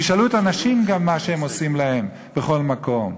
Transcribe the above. תשאלו את הנשים גם מה שהם עושים להן בכל מקום.